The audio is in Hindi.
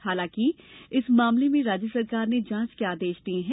हालांकि इस मामले में राज्य सरकार ने जांच के आदेश दिये हैं